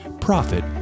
profit